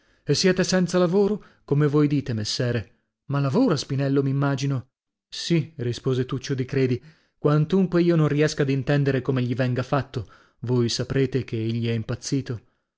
e siete senza lavoro come voi dite messere ma lavora spinello m'immagino sì rispose tuccio di credi quantunque io non riesca ad intendere come gli venga fatto voi saprete che egli è impazzito